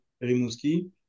Rimouski